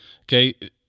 Okay